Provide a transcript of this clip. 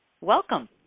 Welcome